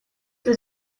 till